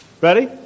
Ready